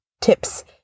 tips